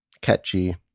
catchy